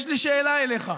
יש לי שאלה אליך.